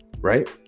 right